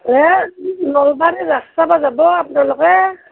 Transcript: এই নলবাৰীৰ ৰাস চাব যাব আপোনালোকে